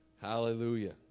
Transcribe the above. Hallelujah